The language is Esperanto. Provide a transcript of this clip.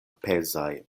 pezaj